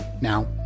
Now